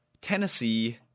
Tennessee